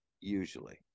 usually